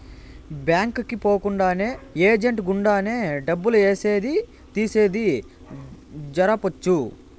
bank కి పోకుండానే agent గుండానే డబ్బులు ఏసేది తీసేది జరపొచ్చు